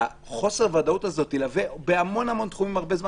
חוסר הוודאות הזה ילווה בהמון המון תחומים הרבה זמן,